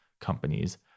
companies